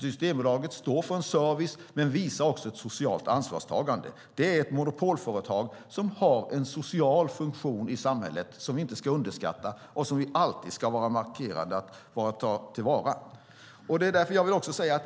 Systembolaget står för en service men visar också ett socialt ansvarstagande. Det är ett monopolföretag som har en social funktion i samhället som vi inte ska underskatta och som vi alltid ska markera och ta till vara.